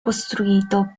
costruito